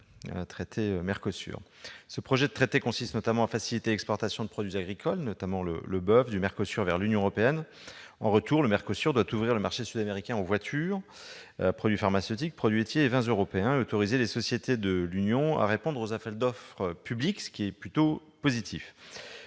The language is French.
Ce projet de traité consiste à faciliter l'exportation de produits agricoles, notamment le boeuf, du MERCOSUR vers l'Union européenne. En retour, le MERCOSUR doit ouvrir le marché sud-américain aux voitures, aux produits pharmaceutiques, aux produits laitiers et aux vins européens et autoriser des sociétés de l'Union à répondre aux appels d'offres publics. Si ces derniers